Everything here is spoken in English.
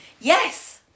Yes